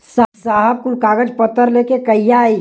साहब कुल कागज पतर लेके कहिया आई?